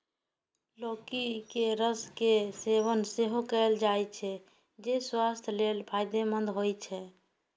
लौकी के रस के सेवन सेहो कैल जाइ छै, जे स्वास्थ्य लेल फायदेमंद होइ छै